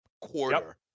quarter